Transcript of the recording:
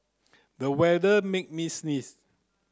the weather make me sneeze